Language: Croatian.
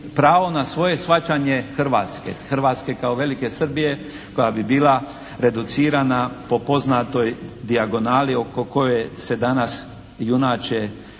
Hrvatske kao velike Srbije koja bi bila reducirana po poznatoj dijagonali oko koje se danas junače